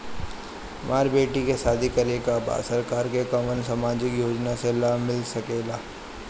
हमर बेटी के शादी करे के बा सरकार के कवन सामाजिक योजना से लाभ मिल सके ला?